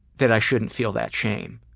that i shouldn't feel that shame.